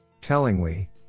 Tellingly